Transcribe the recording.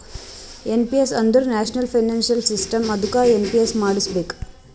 N P S ಅಂದುರ್ national pension system ಅದ್ದುಕ NPS ಮಾಡುಸ್ಬೇಕ್